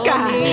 God